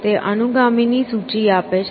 તે અનુગામી ની સૂચિ આપે છે